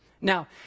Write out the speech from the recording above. Now